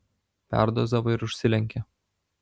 perdozavo ir užsilenkė